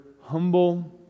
humble